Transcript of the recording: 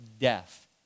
death